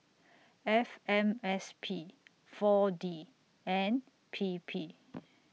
F M S P four D and P P